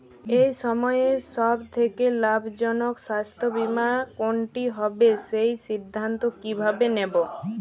এই সময়ের সব থেকে লাভজনক স্বাস্থ্য বীমা কোনটি হবে সেই সিদ্ধান্ত কীভাবে নেব?